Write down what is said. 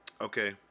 Okay